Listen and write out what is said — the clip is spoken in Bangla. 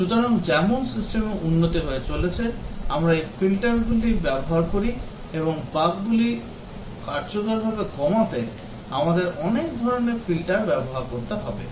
সুতরাং যেমন সিস্টেমের উন্নতি হয়ে চলেছে আমরা এই ফিল্টারগুলি ব্যবহার করি এবং বাগগুলি কার্যকরভাবে কমাতে আমাদের অনেক ধরণের ফিল্টার ব্যবহার করতে হবে